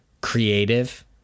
creative